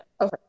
Okay